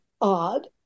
odd